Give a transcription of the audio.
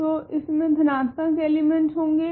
तो इसमे धनात्मक एलिमेंटस होगे